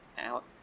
out